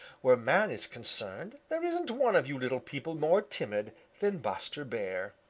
where man is concerned there isn't one of you little people more timid than buster bear.